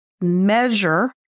measure